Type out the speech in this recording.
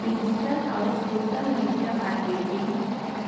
digital आउर social media marketing